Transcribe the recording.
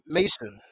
Mason